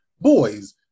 boys